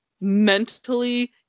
mentally